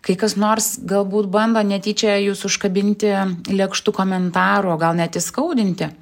kai kas nors galbūt bando netyčia jus užkabinti lėkštu komentaru o gal net įskaudinti